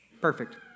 Perfect